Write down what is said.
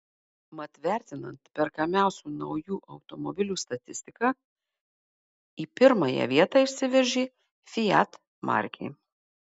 mat vertinant perkamiausių naujų automobilių statistiką į pirmąją vietą išsiveržė fiat markė